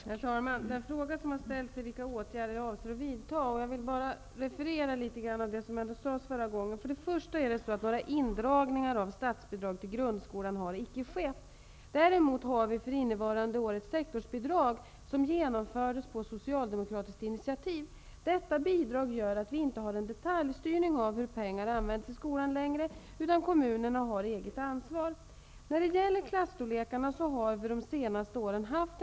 Herr talman! För att besvara den fråga som har ställts om vilka åtgärder som jag avser att vidta vill jag referera något av det som sades förra gången. För det första har några indragningar av statsbidrag till grundskolan icke skett. För innevarande år har vi däremot ett sektorsbidrag, som infördes på initiativ av Socialdemokraterna. Detta bidrag innebär att vi inte längre har någon detaljstyrning av hur pengarna används i skolan. Kommunerna har själva ansvaret. Storlekarna på klasserna har under de senaste åren ökat.